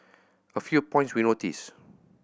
a few points we noticed